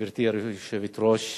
גברתי היושבת-ראש,